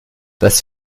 das